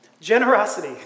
Generosity